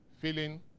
feeling